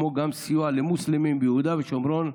כמו גם סיוע למוסלמים ביהודה ושומרון,